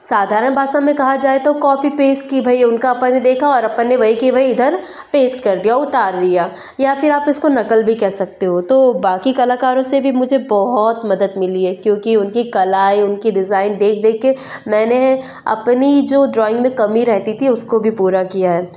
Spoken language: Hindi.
साधारण भाषा में कहा जाए तो कॉपी पेस्ट की भई उनका अपन ने देखा और अपन ने वही की वही इधर पेस्ट कर दिया उतार दिया या फिर आप इसको नकल भी कह सकते हो तो बाकी कलाकारों से भी मुझे बहुत मदद मिली है क्योंकि उनकी कलाएँ उनकी डिजाईन देख देख कर मैंने अपनी जो ड्रॉइंग में कमी रहती थी उसको भी पूरा किया है